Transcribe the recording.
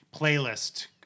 playlist